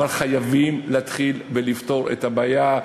אבל חייבים להתחיל לפתור את הבעיה.